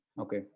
Okay